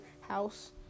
house